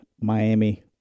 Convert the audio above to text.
Miami